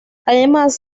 además